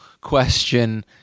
question